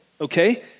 okay